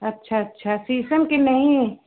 अच्छा अच्छा शीशम की नहीं